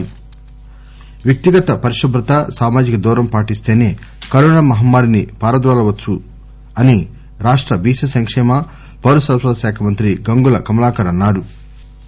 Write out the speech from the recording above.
కరీం నగర్ వ్యక్తిగత పరిశుభ్రత సామాజిక దూరం పాటిస్తేనే కరోనా మహమ్మారిని పారదోలవచ్చని రాష్ట బిసి సంకేమ పౌర సరఫరా శాఖ మంత్రి గంగుల కమలాకర్ అన్నా రు